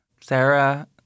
Sarah